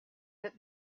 that